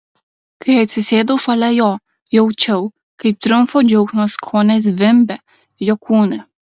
kai atsisėdau šalia jo jaučiau kaip triumfo džiaugsmas kone zvimbia jo kūne